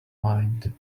mind